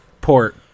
port